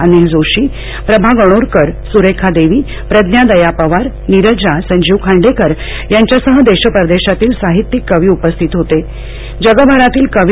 अनिल जोशी प्रभा गणोरकर सुरेखा देवी प्रज्ञा दया पवार नीरजा संजीव खांडेकर यांच्यासह देश परदेशातील साहित्यिक कवी उपस्थित होतेजगभरातील कवी